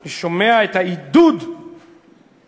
אני שומע את העידוד לצעירים,